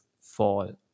fall